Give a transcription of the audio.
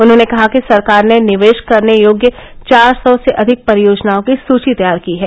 उन्होंने कहा कि सरकार ने निवेश करने योग्य चार सौ से अधिक परियोजनाओं की सूची तैयार की है